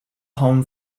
home